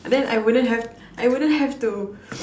then I wouldn't have I wouldn't have to